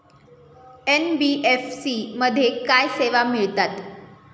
NBFC मध्ये काय सेवा मिळतात?